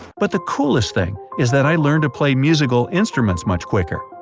but the coolest thing is that i learned to play musical instruments much quicker.